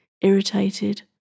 irritated